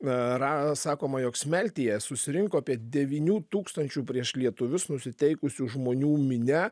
a ra sakoma jog smeltėje susirinko apie devynių tūkstančių prieš lietuvius nusiteikusių žmonių minia